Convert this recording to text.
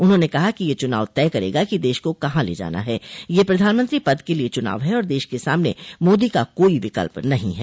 उन्होंने कहा कि यह चुनाव तय करेगा कि देश को कहां ले जाना है यह प्रधानमंत्री पद के लिये चुनाव है और देश के सामने मादी का कोई विकल्प नहीं है